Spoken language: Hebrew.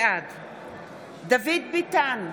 בעד דוד ביטן,